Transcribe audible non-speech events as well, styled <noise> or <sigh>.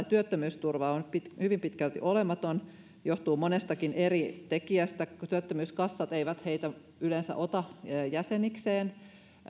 <unintelligible> työttömyysturva on hyvin pitkälti olematon mikä johtuu monestakin eri tekijästä työttömyyskassat eivät heitä yleensä ota jäsenikseen